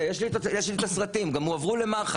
יש לי הסרטים, הם גם הועברו למח"ש.